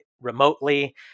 remotely